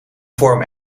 vorm